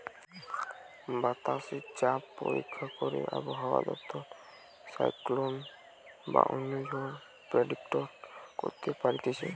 বাতাসে চাপ পরীক্ষা করে আবহাওয়া দপ্তর সাইক্লোন বা অন্য ঝড় প্রেডিক্ট করতে পারতিছে